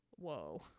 Whoa